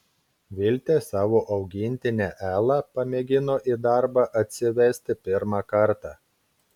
viltė savo augintinę elą pamėgino į darbą atsivesti pirmą kartą